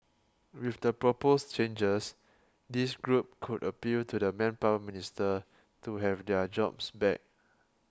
with the proposed changes this group could appeal to the Manpower Minister to have their jobs back